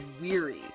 weary